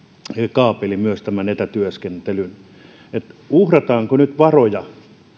kaapeli myös tämän etätyöskentelyn eli uhrataanko nyt varoja